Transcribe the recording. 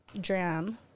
Dram